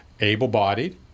able-bodied